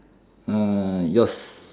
uh yours